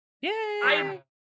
Yay